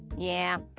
yeah,